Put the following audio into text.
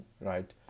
right